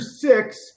six